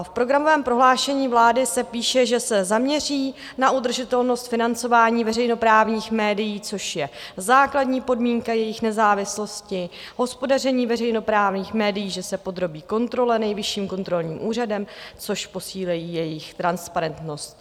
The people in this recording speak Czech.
V programovém prohlášení vlády se píše, že se zaměří na udržitelnost financování veřejnoprávních médií, což je základní podmínka jejich nezávislosti, hospodaření veřejnoprávních médií že se podrobí kontrole Nejvyšším kontrolním úřadem, což posílí jejich transparentnost.